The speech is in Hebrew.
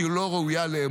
כי היא לא ראויה לאמון,